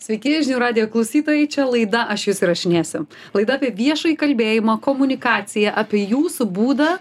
sveiki žinių radijo klausytojai čia laida aš jus įrašinėsiu laida apie viešąjį kalbėjimą komunikaciją apie jūsų būdą